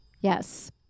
Yes